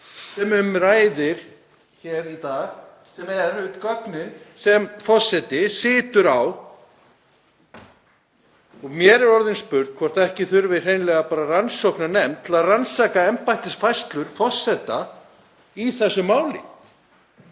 sem um ræðir hér í dag sem eru gögnin sem forseti situr á. Mér er spurn hvort ekki þurfi hreinlega rannsóknarnefnd til að rannsaka embættisfærslur forseta í þessu máli.